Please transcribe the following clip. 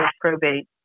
probate